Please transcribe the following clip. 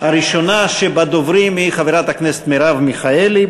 הראשונה בדוברים היא חברת הכנסת מרב מיכאלי.